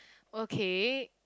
okay